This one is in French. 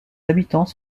habitants